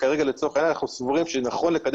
שכרגע לצורך העניין אנחנו סבורים שנכון לקדם